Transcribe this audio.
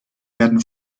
werden